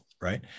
right